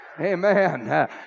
Amen